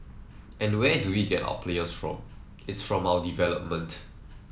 and where do we get our players from it's from our development